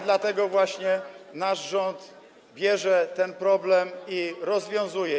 Dlatego właśnie nasz rząd bierze ten problem i rozwiązuje go.